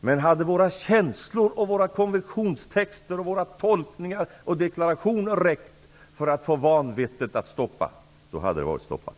Hade dock våra känslor, konventionstexter, tolkningar och deklarationer räckt för att få vanvettet att upphöra, hade det redan varit stoppat.